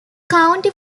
county